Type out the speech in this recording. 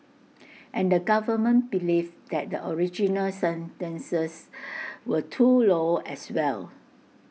and the government believed that the original sentences were too low as well